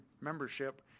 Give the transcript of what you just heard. membership